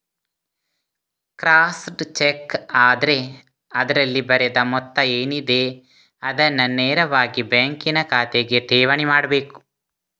crossed cheque ಆದ್ರೆ ಅದ್ರಲ್ಲಿ ಬರೆದ ಮೊತ್ತ ಏನಿದೆ ಅದನ್ನ ನೇರವಾಗಿ ಬ್ಯಾಂಕಿನ ಖಾತೆಗೆ ಠೇವಣಿ ಮಾಡ್ಬೇಕು